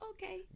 Okay